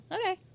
Okay